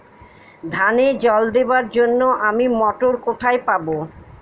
ধানে জল দেবার জন্য আমি মটর কোথায় পাবো?